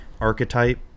archetype